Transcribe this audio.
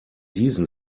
diesen